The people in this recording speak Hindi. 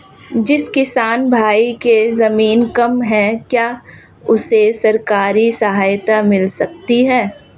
जिस किसान भाई के ज़मीन कम है क्या उसे सरकारी सहायता मिल सकती है?